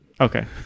Okay